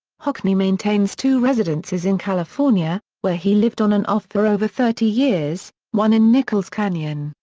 hockney maintains two residences in california, where he lived on and off for over thirty years one in nichols canyon,